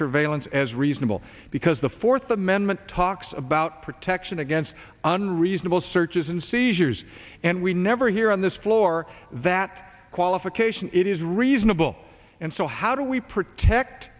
surveillance as reasonable because the fourth amendment talks about protection against unreasonable searches and seizures and we never hear on this floor that qualification it is reasonable and so how do we protect